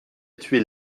tuer